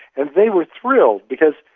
and they were thrilled, because,